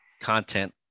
content